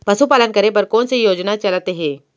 पशुपालन करे बर कोन से योजना चलत हे?